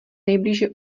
nejblíže